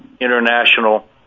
international